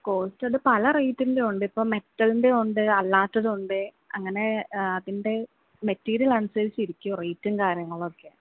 course ഇത് പലറേറ്റിൻ്റെ ഉണ്ട് ഇപ്പോൾ മെറ്റലിൻ്റെ ഉണ്ട് അല്ലാത്തത് ഉണ്ട് അങ്ങനെ അതിൻ്റെ മെറ്റീരിയൽ അനുസരിച്ചിരിക്കും റേറ്റും കാര്യങ്ങളും ഒക്കെ